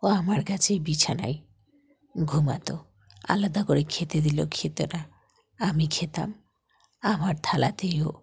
ও আমার কাছেই বিছানায় ঘুমাত আলাদা করে খেতে দিলেও খেত না আমি খেতাম আমার থালাতেই ও